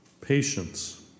patience